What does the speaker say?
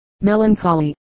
Melancholy